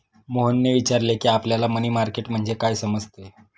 मोहनने विचारले की, आपल्याला मनी मार्केट म्हणजे काय समजते?